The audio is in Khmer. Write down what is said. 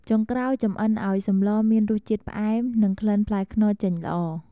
ចុងក្រោយចម្អិនឱ្យសម្លមានរសជាតិផ្អែម និងក្លិនផ្លែខ្នុរចេញល្អ។